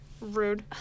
Rude